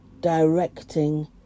directing